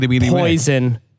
Poison